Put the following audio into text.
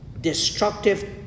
destructive